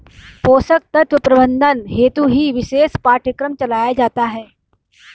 पोषक तत्व प्रबंधन हेतु ही विशेष पाठ्यक्रम चलाया जाता है